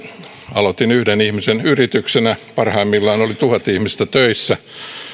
aloitin yhden ihmisen yrityksenä parhaimmillaan oli tuhat ihmistä töissä